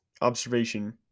observation